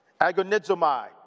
agonizomai